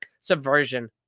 subversion